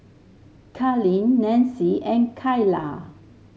Carlene Nancie and Kaila